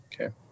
Okay